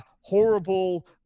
horrible